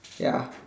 ya